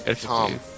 Tom